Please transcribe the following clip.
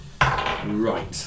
right